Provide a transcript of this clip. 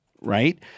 right